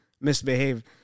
misbehaved